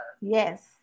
Yes